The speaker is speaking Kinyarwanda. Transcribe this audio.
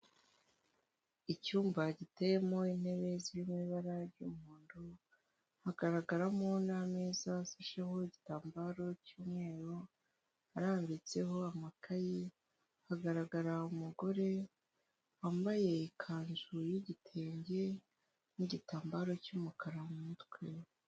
Icyumba giteyemo intebe zirimo ibara ry'umuhondo, hagaragaramo n'ameza asasheho igitambaro cy'umweru arambitseho amakayi, hagaragara umugore wambaye ikanzu y'igitenge n'igitambaro cy'umukara mu mutwe.